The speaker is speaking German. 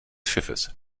schiffes